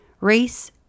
race